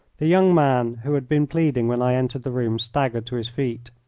the young man who had been pleading when i entered the room staggered to his feet.